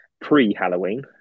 pre-Halloween